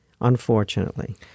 unfortunately